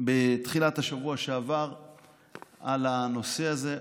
בתחילת השבוע שעבר על הנושא הזה.